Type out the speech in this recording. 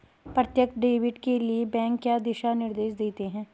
प्रत्यक्ष डेबिट के लिए बैंक क्या दिशा निर्देश देते हैं?